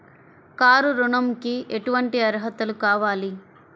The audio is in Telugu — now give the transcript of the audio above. కారు ఋణంకి ఎటువంటి అర్హతలు కావాలి?